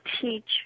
teach